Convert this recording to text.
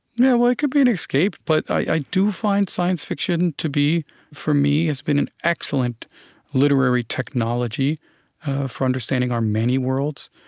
yeah, well, it could be an escape, but i do find science fiction to be for me has been an excellent literary technology for understanding our many worlds,